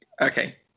Okay